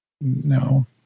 no